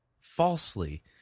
falsely